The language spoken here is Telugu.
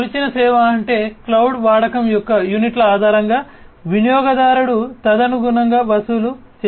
కొలిచిన సేవ అంటే క్లౌడ్ వాడకం యొక్క యూనిట్ల ఆధారంగా వినియోగదారుడు తదనుగుణంగా వసూలు చేయబడతారు